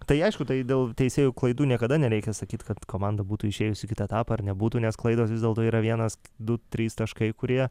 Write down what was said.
tai aišku tai dėl teisėjų klaidų niekada nereikia sakyti kad komanda būtų išėjus į kitą etapą ar nebūtų nes klaidos vis dėlto yra vienas du trys taškai kurie